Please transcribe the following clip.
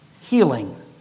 healing